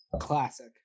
Classic